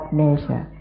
nature